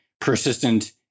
persistent